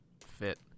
fit